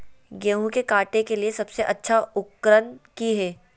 गेहूं के काटे के लिए सबसे अच्छा उकरन की है?